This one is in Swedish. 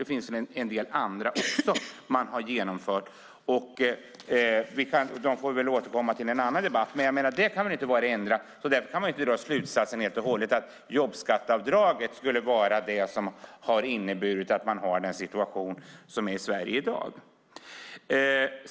Det finns en del andra saker också som man har genomfört. Dem får vi återkomma till i en annan debatt. Det menar jag inte kan vara det enda och därför kan man inte dra slutsatsen helt och hållet att jobbskatteavdraget skulle vara det som har inneburit att vi har den situation som råder i Sverige i dag.